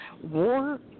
War